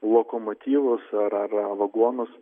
lokomotyvus ar ar ar vagonus